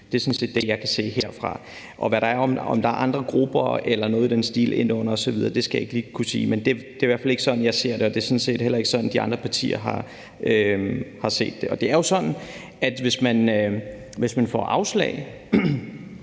Det er sådan set det, jeg kan se herfra. Om der inde under det er andre grupper eller noget i den stil osv., skal jeg ikke lige kunne sige, men det er i hvert fald ikke sådan, jeg ser på det, og det er sådan set heller ikke sådan, de andre partier har set på det. Det er jo sådan, at hvis man får afslag,